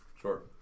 Sure